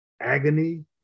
agony